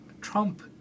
Trump